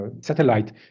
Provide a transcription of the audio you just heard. satellite